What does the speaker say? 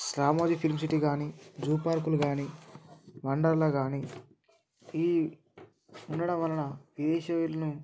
Ramoji film city కానీ జూపార్క్లు కానీ వండర్లా కానీ ఈ ఉండడం వలన విదేశీయులను